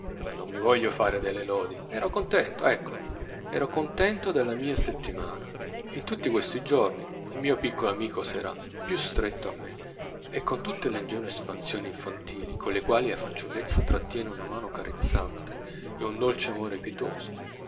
ma via io non mi voglio fare delle lodi ero contento ecco ero contento della mia settimana in tutti quei giorni il mio piccolo amico s'era più stretto a me con tutte le ingenue espansioni infantili con le quali la fanciullezza trattiene una mano carezzante e un dolce amore pietoso